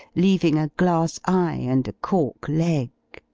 leaving a glass eye and a cork leg.